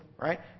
Right